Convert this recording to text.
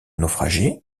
naufragé